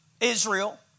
Israel